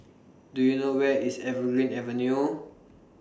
Do YOU know Where IS Evergreen Avenue